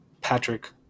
Patrick